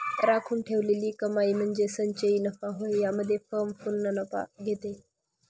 राखून ठेवलेली कमाई म्हणजे संचयी नफा होय यामध्ये फर्म पूर्ण नफा घेते